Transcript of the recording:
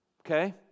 okay